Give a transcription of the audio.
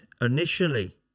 initially